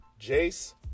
Jace